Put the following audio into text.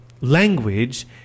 language